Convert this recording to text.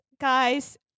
Guys